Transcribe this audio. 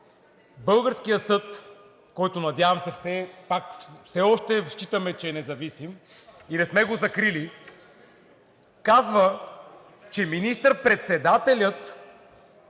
Българският съд, който надявам се все пак все още считаме, че е независим и не сме го закрили, казва, че министър-председателят